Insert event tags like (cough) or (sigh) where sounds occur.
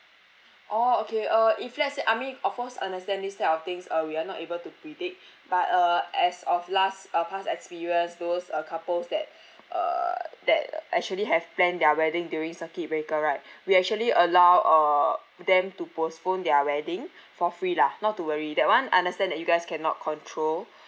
orh okay uh if let say I mean of course understand this kind of things uh we are not able to predict (breath) but uh as of last uh past experience those uh couples that (breath) uh that actually have plan their wedding during circuit breaker right (breath) we actually allow uh them to postpone their wedding (breath) for free lah not to worry that [one] understand that you guys cannot control (breath)